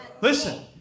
Listen